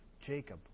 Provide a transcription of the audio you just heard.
Jacob